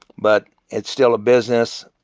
but it's still a business.